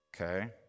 Okay